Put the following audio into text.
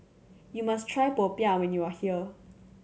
you must try popiah when you are here